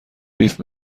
بیف